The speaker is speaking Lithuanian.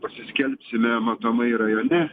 pasiskelbsime matomai rajone